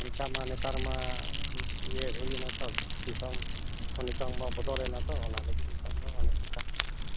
ᱚᱱᱠᱟ ᱢᱟ ᱱᱮᱛᱟᱨ ᱢᱟ ᱤᱭᱟᱹ ᱦᱩᱭᱮᱱᱟ ᱛᱚ ᱱᱤᱛᱳᱝ ᱫᱤᱥᱚᱢ ᱱᱤᱛᱳᱝ ᱢᱟ ᱵᱚᱫᱚᱞᱮᱱᱟ ᱛᱚ ᱚᱱᱟ ᱞᱟᱹᱜᱤᱫ ᱱᱤᱛᱳᱝᱫᱚ ᱚᱱᱮ ᱚᱱᱠᱟ